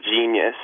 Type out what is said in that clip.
genius